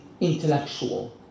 intellectual